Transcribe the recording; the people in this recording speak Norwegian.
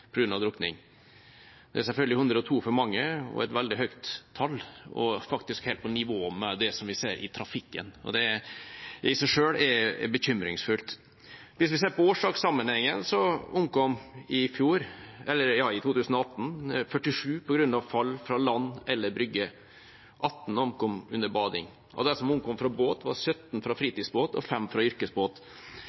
av drukning. Det er selvfølgelig 102 for mange, det er et veldig høyt tall og faktisk helt på nivå med det vi ser i trafikken. Det i seg selv er bekymringsfullt. Hvis vi ser på årsakssammenhengen, omkom i 2018 47 på grunn av fall fra land eller brygge. 18 omkom under bading. Av dem som omkom fra båt, var 17 fra fritidsbåt og 5 fra yrkesbåt.